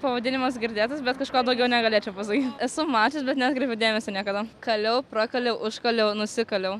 pavadinimas girdėtas bet kažko daugiau negalėčiau pasaky esu mačius bet neatkreipiau dėmesio niekada kaliau prakaliau užkaliau nusikaliau